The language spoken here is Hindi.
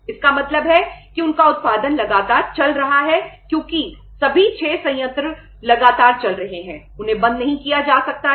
इसका मतलब है कि उनका उत्पादन लगातार चल रहा है क्योंकि सभी 6 संयंत्र लगातार चल रहे हैं उन्हें बंद नहीं किया जा सकता है